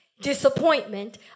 disappointment